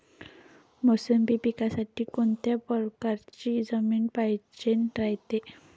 मोसंबी पिकासाठी कोनत्या परकारची जमीन पायजेन रायते?